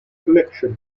collections